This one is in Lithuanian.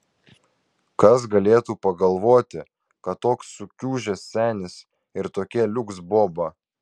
kas galėtų pagalvoti kad toks sukiužęs senis ir tokia liuks boba